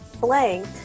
blank